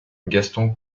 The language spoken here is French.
gaston